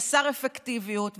חסר אפקטיביות,